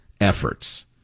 efforts